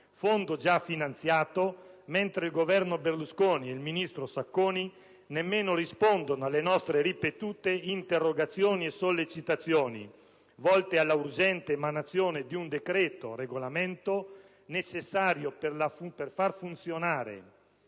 e già finanziato (mentre il Governo Berlusconi ed il ministro Sacconi nemmeno rispondono alle nostre ripetute interrogazioni e sollecitazioni volte alla urgente emanazione del regolamento necessario a far funzionare